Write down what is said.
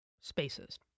spaces